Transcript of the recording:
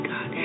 God